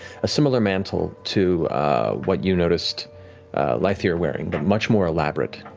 a similar mantle to what you noticed lythir wearing, but much more elaborate.